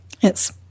Yes